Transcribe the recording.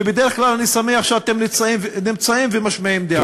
ובדרך כלל אני שמח שאתם נמצאים ומשמיעים דעה.